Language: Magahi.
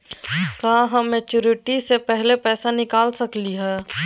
का हम मैच्योरिटी से पहले पैसा निकाल सकली हई?